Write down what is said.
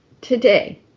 today